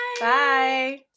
Bye